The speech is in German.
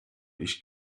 ich